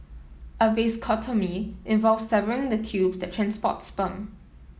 a vasectomy involves severing the tubes that transport sperm